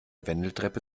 wendeltreppe